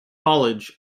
college